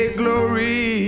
glory